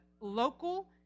local